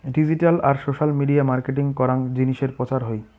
digital আর social media marketing করাং জিনিসের প্রচার হই